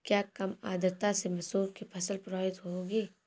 क्या कम आर्द्रता से मसूर की फसल प्रभावित होगी?